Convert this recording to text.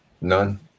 None